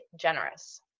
generous